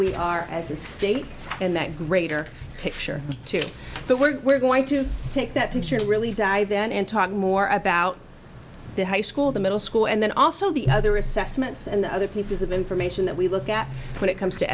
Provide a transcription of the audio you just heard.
we are as a state and that greater picture too but we're going to take that into your really then and talk more about the high school the middle school and then also the other assessments and the other pieces of information that we look at when it comes to